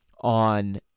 on